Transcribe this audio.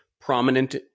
prominent